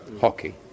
hockey